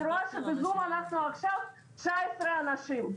אני רואה שבזום אנחנו עכשיו 19 אנשים.